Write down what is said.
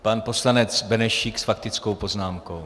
Pan poslanec Benešík s faktickou poznámkou.